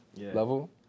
level